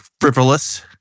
frivolous